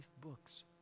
books